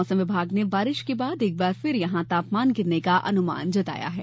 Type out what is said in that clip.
मौसम विभाग ने बारिश के बाद एक बार फिर यहां तापमान गिरने का अनुमान जताया है